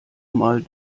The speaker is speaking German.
mal